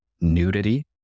nudity